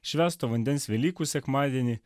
švęsto vandens velykų sekmadienį